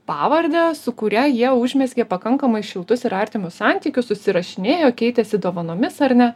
pavarde su kuria jie užmezgė pakankamai šiltus ir artimus santykius susirašinėjo keitėsi dovanomis ar ne